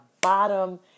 bottom